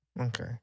Okay